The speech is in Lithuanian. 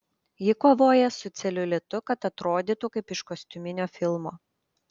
ji kovoja su celiulitu kad atrodytų kaip iš kostiuminio filmo